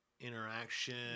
interaction